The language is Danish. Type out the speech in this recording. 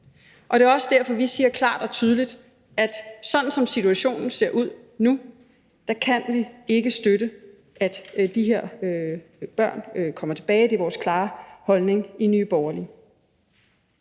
og det er også derfor, vi klart og tydeligt siger, at sådan som situationen ser ud nu, kan vi ikke støtte, at de her børn kommer tilbage. Det er vores klare holdning i Nye Borgerlige.